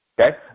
Okay